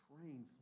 train